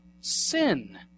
sin